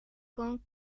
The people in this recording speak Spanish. con